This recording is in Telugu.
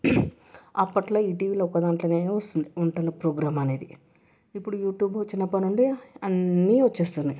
అప్పట్లో ఈటీవీలో ఒక్క దాంట్లో వస్తు ఉండే వంటలు ప్రోగ్రామ్ అనేది ఇప్పుడు యూట్యూబ్ వచ్చినప్పుడు నుండి అన్నీ వస్తున్నాయి